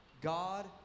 God